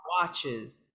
watches